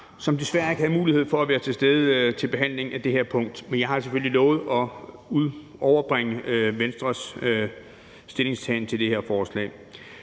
som desværre ikke havde mulighed for at være til stede ved behandlingen af det her punkt. Men jeg har selvfølgelig lovet at overbringe Venstres stillingtagen til det her forslag.